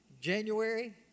January